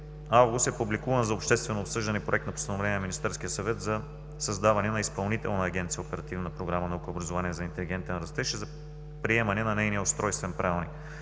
г. е публикуван за обществено обсъждане Проект на постановление на Министерския съвет за създаване на Изпълнителна агенция Оперативна програма „Наука, образование и интелигентен растеж“ за приемане на нейния устройствен правилник.